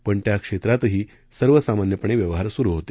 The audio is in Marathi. पण त्या क्षेत्रातही सर्वसामान्यपणे व्यवहार सुरू होते